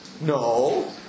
No